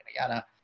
yada